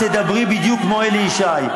תוך שעה תדברי בדיוק כמו אלי ישי.